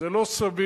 זה לא סביר